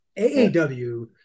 AAW